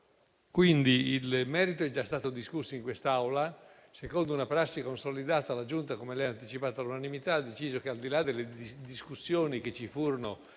Quindi il merito è già stato discusso in quest'Aula e, secondo una prassi consolidata, la Giunta, come lei ha anticipato, ha deciso all'unanimità che, al di là delle discussioni che ci furono